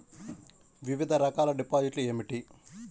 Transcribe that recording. వివిధ రకాల డిపాజిట్లు ఏమిటీ?